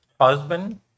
husband